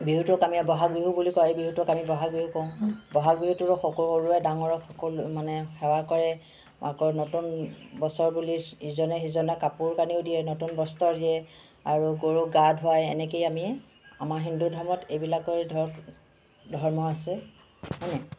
বিহুটোক আমি বহাগ বিহু বুলি কওঁ এই বিহুটোক আমি বহাগ বিহু কওঁ বহাগ বিহুটোত সৰুৱে ডাঙৰক মানে সেৱা কৰে আকৌ নতুন বছৰ বুলি ইজনে সিজনক কাপোৰ কানিও দিয়ে নতুন বস্ত্ৰ দিয়ে আৰু গৰুক গা ধোৱায় এনেকেই আমি আমাৰ হিন্দু ধৰ্মত এইবিলাকৰ ধৰক ধৰ্ম আছে হয়নে